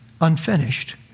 unfinished